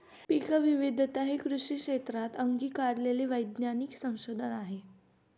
पीकविविधता हे कृषी क्षेत्रात अंगीकारलेले वैज्ञानिक संशोधन आहे